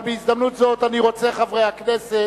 אבל בהזדמנות זאת אני רוצה, חברי הכנסת,